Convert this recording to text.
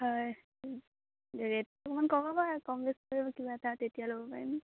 হয় ৰেটটো অকণমান কমাবা কম বেচ কৰিবা কিবা এটা তেতিয়া ল'ব পাৰিম